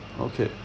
okay